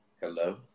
Hello